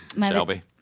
Shelby